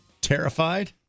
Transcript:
Terrified